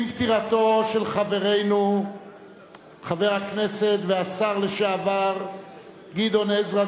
עם פטירתו של חברנו חבר הכנסת והשר לשעבר גדעון עזרא,